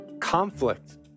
conflict